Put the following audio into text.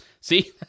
See